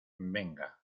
venga